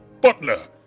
Butler